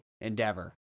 Endeavor